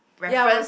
ya was